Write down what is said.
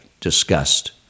discussed